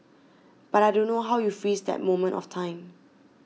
but I don't know how you freeze that moment of time